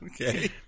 Okay